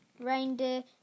reindeer